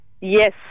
Yes